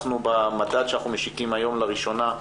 במדד שאנחנו משיקים היום לראשונה,